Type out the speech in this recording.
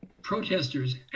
protesters